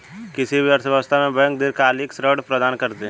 किसी भी अर्थव्यवस्था में बैंक दीर्घकालिक ऋण प्रदान करते हैं